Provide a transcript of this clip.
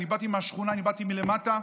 אני באתי מהשכונה, אני באתי מלמטה.